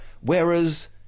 whereas